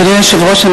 אדוני היושב-ראש,